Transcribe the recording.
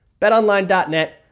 betonline.net